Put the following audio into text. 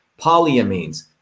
Polyamines